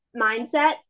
mindset